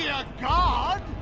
yeah god!